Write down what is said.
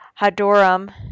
hadoram